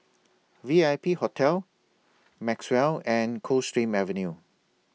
V I P Hotel Maxwell and Coldstream Avenue